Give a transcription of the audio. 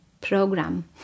program